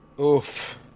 Oof